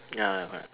ya ya